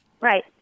Right